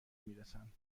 میرسند